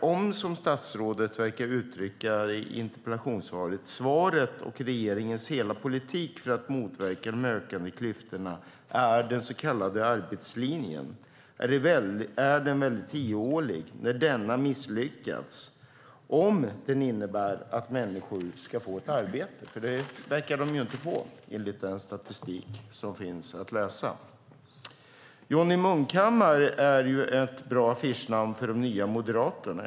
Om, som statsrådet verkar uttrycka det i interpellationssvaret, regeringens hela politik för att motverka de ökande klyftorna är den så kallade arbetslinjen är den mycket ihålig när denna misslyckats, om den innebär att människor ska få ett arbete, för det verkar de inte få enligt den statistik som finns att läsa. Johnny Munkhammar är ett bra affischnamn för de nya moderaterna.